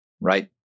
right